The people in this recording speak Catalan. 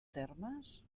termes